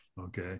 Okay